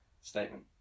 Statement